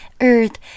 earth